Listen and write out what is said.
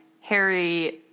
Harry